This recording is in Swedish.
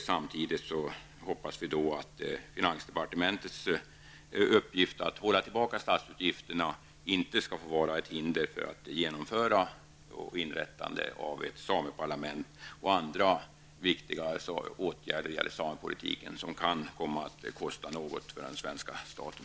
Jag hoppas också att finansdepartementets uppgift att hålla tillbaka statsutgifterna inte skall få utgöra ett hinder för inrättandet av ett sameparlament och för andra viktiga åtgärder inom samepolitiken, som kan komma att kosta något för den svenska staten.